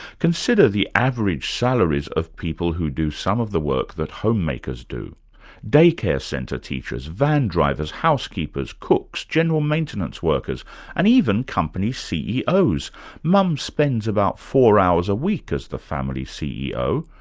consider the average salaries of people who do some of the work that homemakers do day-care centre teachers, van drivers, housekeepers, cooks, general maintenance workers and even company ceo's mum spends about four hours a week as the family ceo.